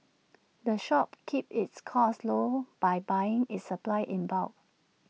the shop keeps its costs low by buying its supplies in bulk